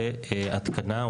בהתקנה,